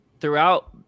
throughout